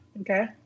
Okay